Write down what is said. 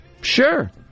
sure